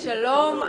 שלום.